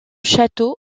château